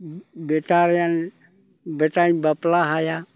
ᱵᱮᱴᱟ ᱨᱮᱱ ᱵᱮᱴᱟᱧ ᱵᱟᱯᱞᱟ ᱦᱟᱭᱟ